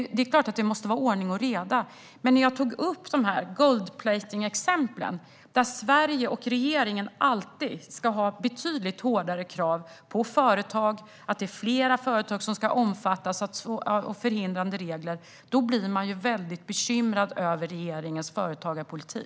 Det är klart att det måste vara ordning och reda. Men jag tog upp några exempel på gold-plating. Sverige och regeringen vill alltid ha betydligt hårdare krav på företag, vill att fler företag ska omfattas och vill ha fler förhindrande regler. Allt detta gör att jag blir bekymrad över regeringens företagarpolitik.